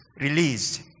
released